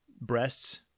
breasts